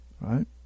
right